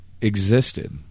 existed